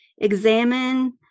examine